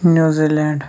New Zealand